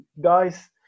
guys